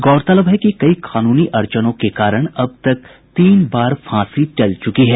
गौरतलब है कि कई कानूनी अड़चनों के कारण अब तक तीन बार फांसी टल चुकी है